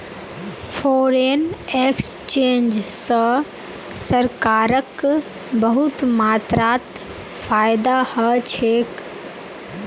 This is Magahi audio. फ़ोरेन एक्सचेंज स सरकारक बहुत मात्रात फायदा ह छेक